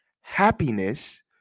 happiness